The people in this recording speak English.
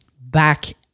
back